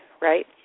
right